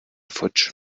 futsch